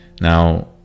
Now